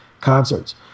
concerts